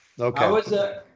Okay